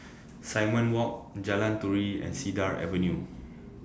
Simon Walk Jalan Turi and Cedar Avenue